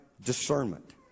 discernment